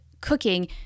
cooking